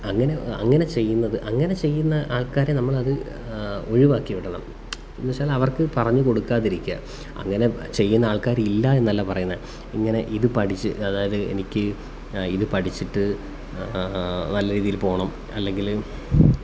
അങ്ങനെ അങ്ങനെ ചെയ്യുന്നത് അങ്ങനെ ചെയ്യുന്ന ആൾക്കാരെ നമ്മളത് ഒഴിവാക്കി വിടണം എന്നുവെച്ചാലവർക്ക് പറഞ്ഞു കൊടുക്കാതിരിക്കുക അങ്ങനെ ചെയ്യുന്ന ആൾകാർ ഇല്ലയെന്നല്ല പറയുന്നേ ഇങ്ങനെ ഇതു പഠിച്ച് അതായത് എനിക്ക് ഇത് പഠിച്ചിട്ട് നല്ലരീതിയിൽപ്പോകണം അല്ലെങ്കിൽ